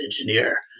engineer